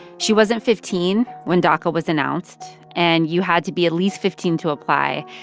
she wasn't fifteen when daca was announced, and you had to be at least fifteen to apply.